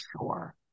sure